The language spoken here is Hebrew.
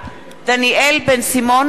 בעד